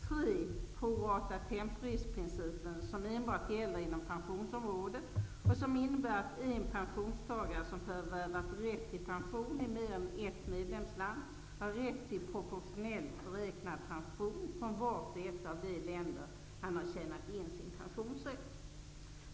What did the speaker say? För det tredje: Proratatemporis-principen, som enbart gäller inom pensionsområdet och som innebär att en pensionstagare som förvärvat rätt till pension i mer än ett medlemsland har rätt till proportionellt beräknad pension från vart och ett av de länder där han har tjänat in sin pensionsrätt.